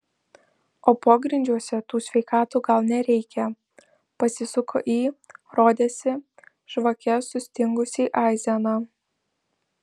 o pogrindžiuose tų sveikatų gal nereikia pasisuko į rodėsi žvake sustingusį aizeną